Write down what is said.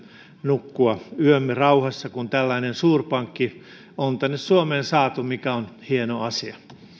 nukkua yömme rauhassa kun tällainen suurpankki on tänne suomeen saatu mikä on hieno asia